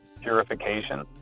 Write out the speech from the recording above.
purification